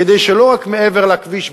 כדי שלא רק מעבר לכביש,